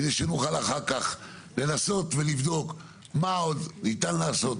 כדי שנוכל אחר כך לנסות ולבדוק מה עוד ניתן לעשות.